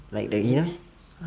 like the leader